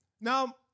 Now